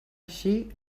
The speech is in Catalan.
així